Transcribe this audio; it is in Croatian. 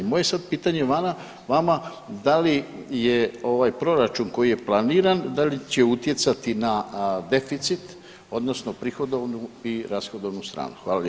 Moje je sad pitanje vama da li je ovaj proračun koji je planiran, da li će utjecati na deficit, odnosno prihodovnu i rashodovnu stranu?